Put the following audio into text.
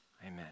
Amen